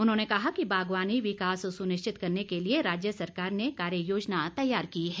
उन्होंने कहा कि बागवानी विकास सुनिश्चित करने के लिए राज्य सरकार ने कार्य योजना तैयार की है